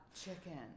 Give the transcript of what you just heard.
chicken